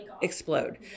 explode